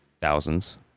thousands